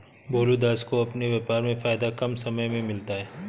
भोलू दास को अपने व्यापार में फायदा कम समय में मिलता है